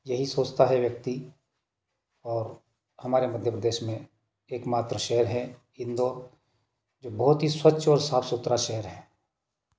यही सोचता है व्यक्ति और हमारे मध्य प्रदेश में एकमात्र शहर है इंदौर जो बहुत ही स्वच्छ और साफ सुथरा शहर है